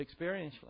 experientially